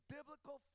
Biblical